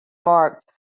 marked